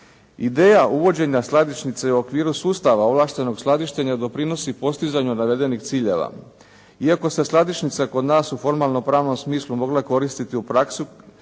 Ideja uvođenja skladišnice u okviru sustava ovlaštenog skladištenja doprinosi postizanju navedenih ciljeva. Iako se skladišnica kod nas u formalno-pravnom smislu mogla koristiti u praksi